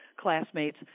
classmates